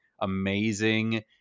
amazing